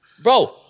Bro